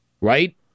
right